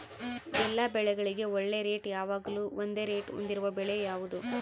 ಎಲ್ಲ ಬೆಳೆಗಳಿಗೆ ಒಳ್ಳೆ ರೇಟ್ ಯಾವಾಗ್ಲೂ ಒಂದೇ ರೇಟ್ ಹೊಂದಿರುವ ಬೆಳೆ ಯಾವುದು?